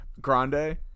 Grande